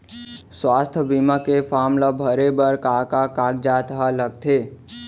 स्वास्थ्य बीमा के फॉर्म ल भरे बर का का कागजात ह लगथे?